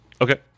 Okay